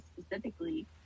specifically